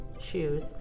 Shoes